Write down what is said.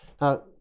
Now